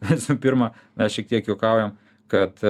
visų pirma mes šiek tiek juokaujam kad